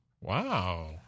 Wow